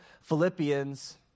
Philippians